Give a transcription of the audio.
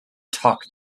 talk